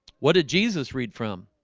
what did jesus read from